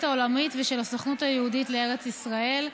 העולמית ושל הסוכנות היהודית לארץ ישראל,